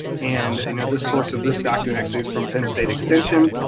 and you know the source of this document actually is from penn state extension,